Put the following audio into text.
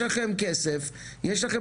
יש לכם כסף,